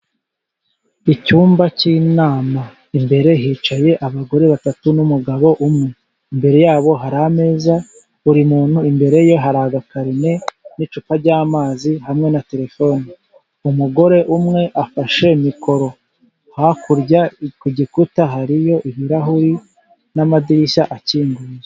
Icyumba cy'inama, imbere hicaye abagore batatu n'umugabo umwe. Imbere yabo hari ameza buri muntu imbere ye hari agakarine n'icupa ry'amazi, hamwe na terefone. Umugore umwe afashe mikoro, hakurya ku gikuta hariyo ibirahuri n'amadirishya akinguye.